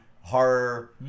horror